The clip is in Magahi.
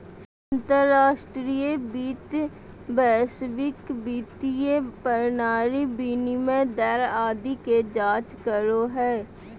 अंतर्राष्ट्रीय वित्त वैश्विक वित्तीय प्रणाली, विनिमय दर आदि के जांच करो हय